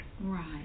Right